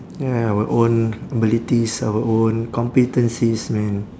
ya our own abilities our own competencies man